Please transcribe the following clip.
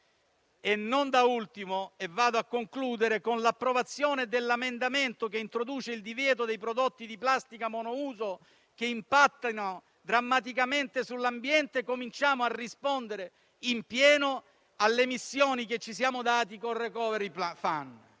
e vita familiare. In conclusione, cito l'approvazione dell'emendamento che introduce il divieto dei prodotti di plastica monouso, che impattano drammaticamente sull'ambiente, con cui cominciamo a rispondere in pieno alle missioni che ci siamo dati con il *recovery fund*.